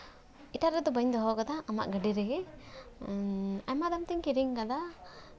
ᱮᱴᱟᱜ ᱨᱮᱫᱚ ᱵᱟᱹᱧ ᱫᱚᱦᱚ ᱠᱟᱫᱟ ᱟᱢᱟᱜ ᱜᱟᱹᱰᱤ ᱨᱮᱜᱮ ᱟᱭᱢᱟ ᱫᱟᱢ ᱛᱮᱧ ᱠᱤᱨᱤᱧ ᱠᱟᱫᱟ